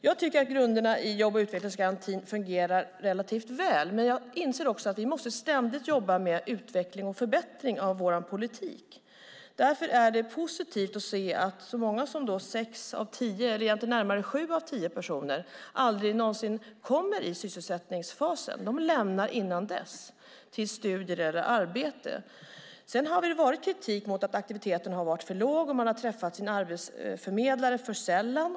Jag tycker att grunderna i jobb och utvecklingsgarantin fungerar relativt väl, men jag inser också att vi ständigt måste jobba med utveckling och förbättring av vår politik. Därför är det positivt att se att så många som närmare sju av tio personer aldrig någonsin kommer i sysselsättningsfasen. De går innan dess till studier eller arbete. Det har också funnits kritik mot att aktiviteten har varit för låg och att man har träffat sin arbetsförmedlare för sällan.